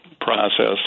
process